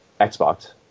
Xbox